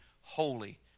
holy